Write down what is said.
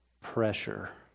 pressure